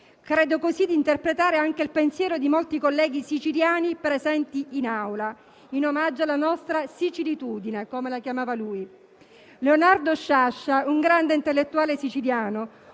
Credo così di interpretare anche il pensiero di molti colleghi siciliani presenti in Aula, in omaggio alla nostra "sicilitudine", come la chiamava lui. Leonardo Sciascia: un grande intellettuale siciliano